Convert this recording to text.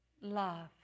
Love